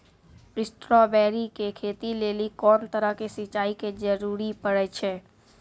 Strawberry के खेती लेली कोंन तरह के सिंचाई के जरूरी पड़े छै?